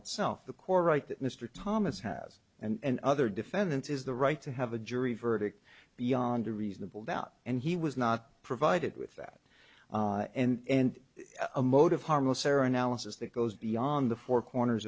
itself the core right that mr thomas has and other defendants is the right to have a jury verdict beyond a reasonable doubt and he was not provided with that and a motive harmless error analysis that goes beyond the four corners